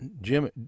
Jim